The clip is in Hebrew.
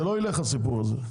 זה לא ילך הסיפור הזה.